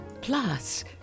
Plus